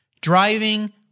driving